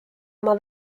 oma